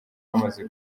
bamaze